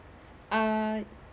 uh